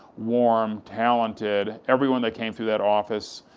warm, talented. everyone that came through that office,